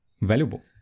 valuable